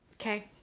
Okay